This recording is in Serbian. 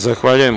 Zahvaljujem.